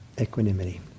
equanimity